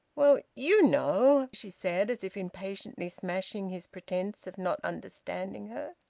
well you know! she said, as if impatiently smashing his pretence of not understanding her.